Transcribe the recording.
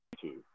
two